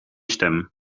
stem